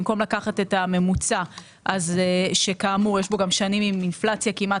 במקום לקחת את הממוצע שכאמור יש בו גם שנים עם אינפלציה כמעט